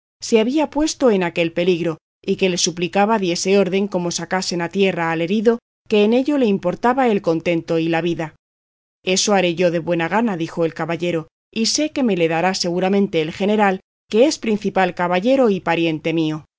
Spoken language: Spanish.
se había puesto en aquel peligro y que le suplicaba diese orden como sacasen a tierra al herido que en ello le importaba el contento y la vida eso haré yo de buena gana dijo el caballero y sé que me le dará seguramente el general que es principal caballero y pariente mío